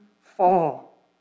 fall